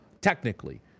technically